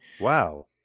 Wow